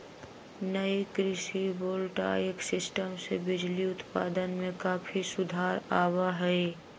नई कृषि voltaic system से बिजली उत्पादन में काफी सुधार आवा हई